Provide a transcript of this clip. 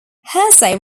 hersey